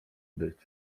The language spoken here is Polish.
być